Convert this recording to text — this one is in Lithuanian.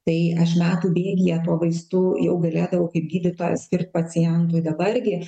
tai aš metų bėgyje tų vaistų jau galėdavau kaip gydytojas ir pacientui dabar gi